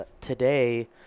today